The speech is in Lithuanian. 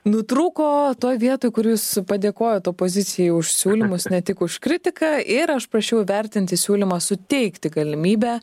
nutrūko toj vietoj kur jūs padėkojot opozicijai už siūlymus ne tik už kritiką ir aš prašiau įvertinti siūlymą suteikti galimybę